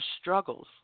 struggles